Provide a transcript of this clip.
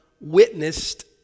witnessed